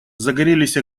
загорелись